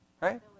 right